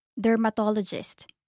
Dermatologist